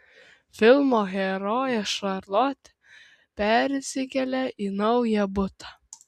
filmo herojė šarlotė persikelia į naują butą